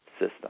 system